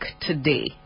today